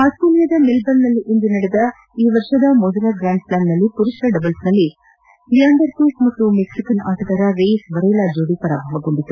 ಆಸ್ಟೇಲಿಯಾದ ಮೆಲ್ಲೋರ್ನ್ನಲ್ಲಿ ಇಂದು ನಡೆದ ಈ ವರ್ಷದ ಮೊದಲ ಗ್ರ್ಯಾಂಡ್ ಸ್ನ್ಯಾಂನಲ್ಲಿ ಪುರುಷರ ಡಬಲ್ಸ್ನಲ್ಲಿ ಲಿಯಾಂಡರ್ ಪೇಸ್ ಮತ್ತು ಮೆಕ್ಸಿಕನ್ ಆಟಗಾರ ರೇಯಿಸ್ ವರೇಲ ಜೋಡಿ ಪರಾಭವಗೊಂಡಿದೆ